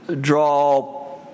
draw